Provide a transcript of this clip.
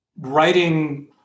writing